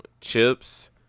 chips